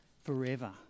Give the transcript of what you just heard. forever